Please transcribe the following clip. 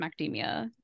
macadamia